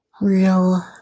real